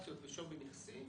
בשווי נכסי